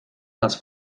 las